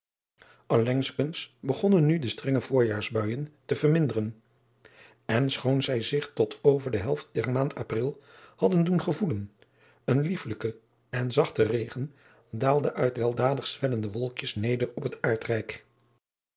llengskens begonnen nu de strenge voorjaarsbuijen te verminderen en schoon zij zich tot over de helft der maand pril hadden doen gevoelen een liefelijke en zachte regen daalde uit weldadig zwellende wolkjes neder op het